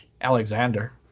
Alexander